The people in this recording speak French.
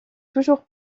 toujours